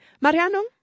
Mariano